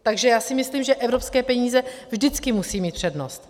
Takže já si myslím, že evropské peníze vždycky musí mít přednost.